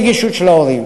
יש יותר רגישות של ההורים.